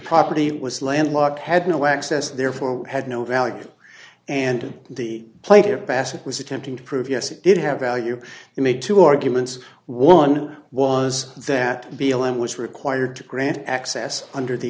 property was landlocked had no access therefore had no value and the player passive was attempting to prove yes it did have value you made two arguments one was that b l m was required to grant access under the